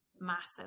massive